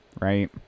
right